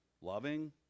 Loving